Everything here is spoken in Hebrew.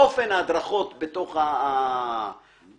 אופן ההדרכות בתוך החברה.